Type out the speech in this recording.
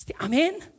Amen